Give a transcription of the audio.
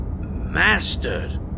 mastered